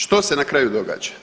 Što se na kraju događa?